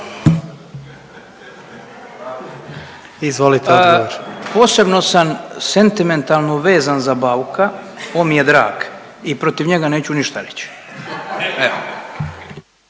Oleg (HDZ)** Posebno sam sentimentalno vezan za Bauka, on mi je drag i protiv njega neću ništa reći.